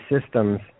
systems